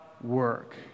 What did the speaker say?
work